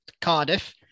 Cardiff